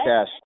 Cash